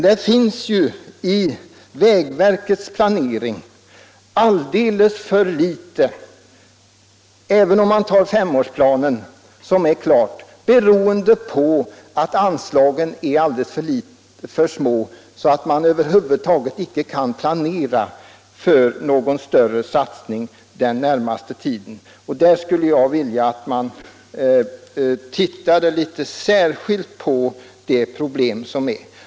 Det finns i vägverkets planering alldeles för litet även i femårsplanen beroende på att anslagen är för små. Man har över huvud taget icke kunnat planera för någon större satsning den närmaste tiden. Där skulle jag vilja att man tittade särskilt på de problem som finns.